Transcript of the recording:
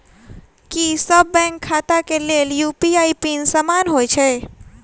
की सभ बैंक खाता केँ लेल यु.पी.आई पिन समान होइ है?